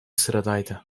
sıradaydı